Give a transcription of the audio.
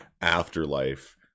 afterlife